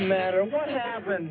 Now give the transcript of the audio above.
matter what happened